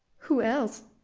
who else?